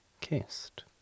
kissed